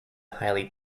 highly